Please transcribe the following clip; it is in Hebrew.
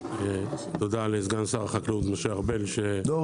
תודה לסגן שר החקלאות משה ארבל ש --- לא,